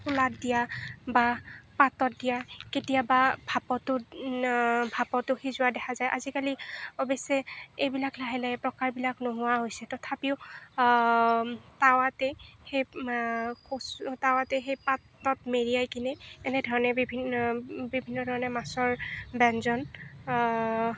খোলাত দিয়া বা পাতত দিয়া কেতিয়াবা ভাপতো ভাপতো সিজোৱা দেখা যায় আজিকালি অৱশ্যে এইবিলাক লাহে লাহে প্ৰকাৰবিলাক নোহোৱা হৈছে তথাপিও টাৱাতেই সেই টাৱাতেই সেই পাতত মেৰিয়াই কৰি এনেধৰণে বিভিন্ন বিভিন্ন ধৰণে মাছৰ ব্যঞ্জন